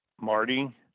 Marty